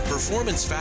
Performance